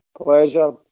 Pleasure